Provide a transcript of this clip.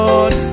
Lord